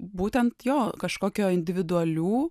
būtent jo kažkokio individualių